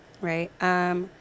Right